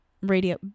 radio